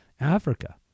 Africa